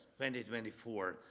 2024